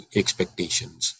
expectations